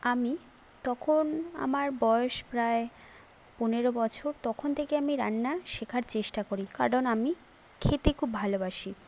আমি তখন আমার বয়স প্রায় পনেরো বছর তখন থেকে আমি রান্না শেখার চেষ্টা করি কারণ আমি খেতে খুব ভালোবাসি